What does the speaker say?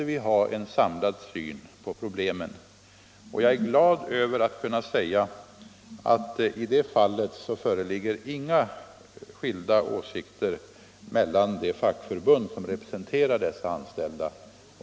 Jag är glad över att kunna säga att det i det fallet inte föreligger några skilda åsikter mellan mig och det fackförbund som representerar de anställda.